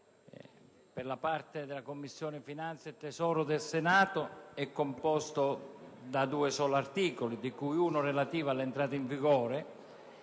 di competenza della Commissione finanze e tesoro del Senato, è composto da due soli articoli, di cui uno relativo all'entrata in vigore.